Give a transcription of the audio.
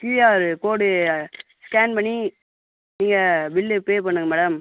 QR code scan பண்ணி நீங்கள் bill pay பண்ணுங்கள் மேடம்